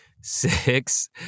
six